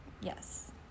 Yes